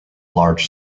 large